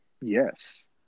Yes